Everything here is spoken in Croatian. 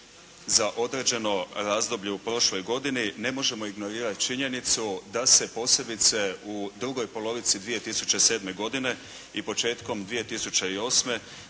za određeno razdoblje u prošloj godini, ne možemo ignorirati činjenicu da se posebice u drugoj polovici 2007. godine i početkom 2008. da